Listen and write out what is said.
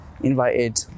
invited